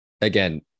again